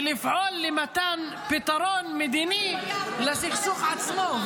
ולפעול למתן פתרון מדיני לסכסוך עצמו,